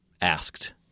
asked